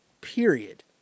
period